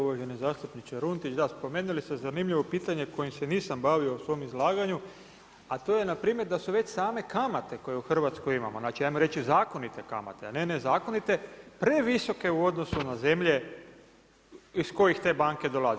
Uvaženi zastupniče Runtić, da, spomenuli ste zanimljivo pitanje kojim se nisam bavio u svom izlaganju a to je npr. da su već same kamate koje u Hrvatskoj imamo, ajmo reći zakonite kamate a ne nezakonite, previsoke u odnosu na zemlje iz kojih te banke dolaze.